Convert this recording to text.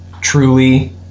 truly